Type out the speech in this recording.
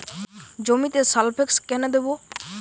জমিতে সালফেক্স কেন দেবো?